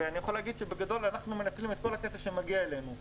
אני יכול להגיד שבגדול אנחנו מנצלים את כל הכסף שמגיע אלינו.